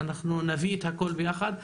אנחנו נביא את הכל יחד.